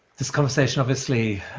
this conversation, obviously,